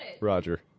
Roger